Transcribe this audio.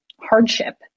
hardship